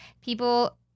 people